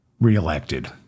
reelected